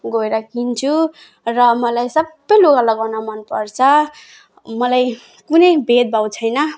गएर किन्छु र मलाई सबै लुगा लगाउन मनपर्छ मलाई कुनै भेदभाव छैन